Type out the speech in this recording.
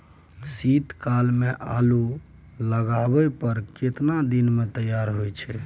शीत काल में आलू लगाबय पर केतना दीन में तैयार होतै?